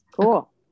Cool